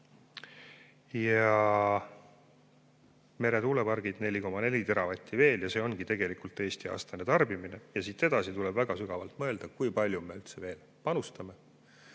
veel 4,4 teravatti. See ongi tegelikult Eesti aastane tarbimine. Siit edasi tuleb väga sügavalt mõelda, kui palju me üldse veel panustama